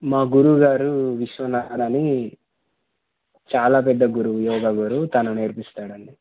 మా గురువుగారు విశ్వనాథ్ అని చాలా పెద్ద గురువు యోగా గురు తను నేర్పిస్తాడండి